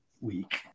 Week